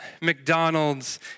McDonald's